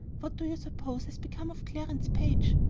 what do you suppose has become of clarence page?